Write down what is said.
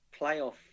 playoff